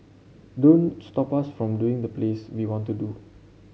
don't stop us from doing the plays we want to do